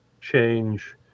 change